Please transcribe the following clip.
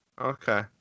okay